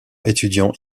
étudiants